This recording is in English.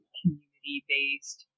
community-based